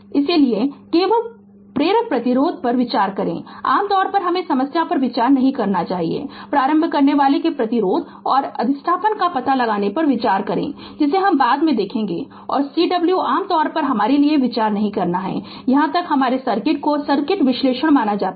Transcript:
इसलिए केवल प्रेरक प्रतिरोध पर विचार करें आम तौर पर हमे समस्या के पर विचार न करें प्रारंभ करनेवाला के प्रतिरोध और अधिष्ठापन का पता लगाने पर विचार करें जो बाद में देखेंगे और Cw आमतौर पर हमारे लिए विचार नहीं करते हैं जहां तक हमारे सर्किट को सर्किट विश्लेषण माना जाता है